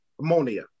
ammonia